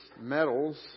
metals